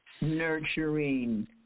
nurturing